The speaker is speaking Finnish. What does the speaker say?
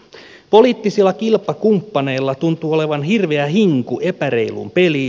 poliittisilla kilpakumppaneilla tuntuu olevan hirveä hinku epäreiluun peliin